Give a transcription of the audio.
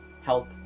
Help